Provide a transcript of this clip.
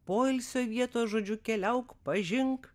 poilsio vietos žodžiu keliauk pažink